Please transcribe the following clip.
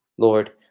Lord